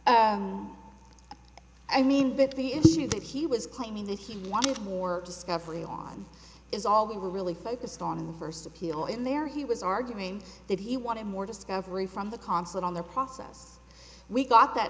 i mean but the issue that he was claiming that he wanted more discovery on is all we were really focused on in the first appeal in there he was arguing that he wanted more discovery from the consulate on the process we got that